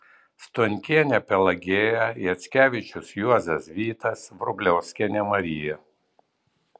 stonkienė pelagėja jacevičius juozas vytas vrubliauskienė marija